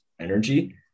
energy